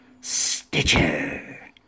Stitcher